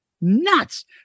Nuts